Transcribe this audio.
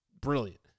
brilliant